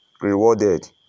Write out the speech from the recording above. rewarded